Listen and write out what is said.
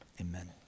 amen